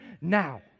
now